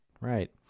Right